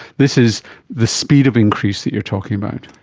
this is the speed of increase that you're talking about.